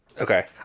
Okay